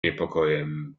niepokojem